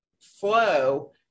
flow